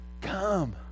come